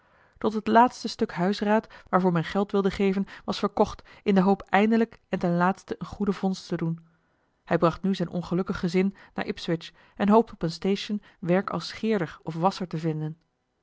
tot het laatste stuk huisraad waarvoor men geld wilde geven was verkocht in de hoop eindelijk en ten laatste eene goede vondst te doen hij bracht nu zijn ongelukkig gezin naar ipswich en hoopte op een station werk als scheerder of wasscher te vinden